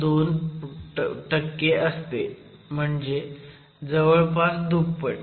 2 असते म्हणजे जवळपास दुप्पट